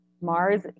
Mars